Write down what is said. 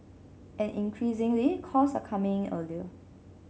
and increasingly calls are coming in earlier